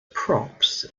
props